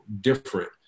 different